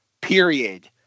period